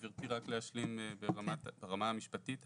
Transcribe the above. גברתי, רק להשלים ברמה המשפטית.